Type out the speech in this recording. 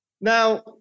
Now